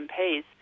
MPs